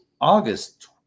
August